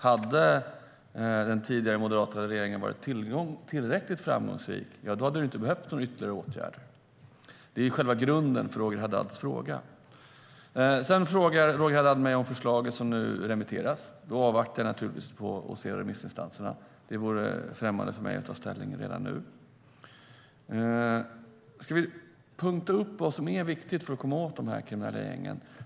Om den tidigare moderatledda regeringen hade varit tillräckligt framgångsrik hade det inte behövts ytterligare åtgärder. Det är själva grunden för Roger Haddads fråga. STYLEREF Kantrubrik \* MERGEFORMAT Svar på interpellationerLåt oss punkta upp vad som är viktigt för att komma åt de kriminella gängen.